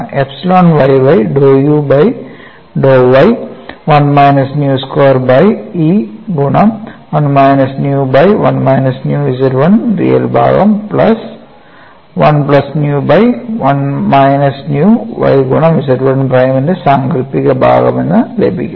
epsilon y y dou u y by dou y 1 minus nu square by E ഗുണം 1 minus nu by 1 minus nu Z 1 ന്റെ real ഭാഗം plus 1 plus nu by 1 minus nu y ഗുണം Z1 പ്രൈമിന്റെ സാങ്കൽപ്പിക ഭാഗം എന്ന് ലഭിക്കും